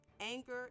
Anger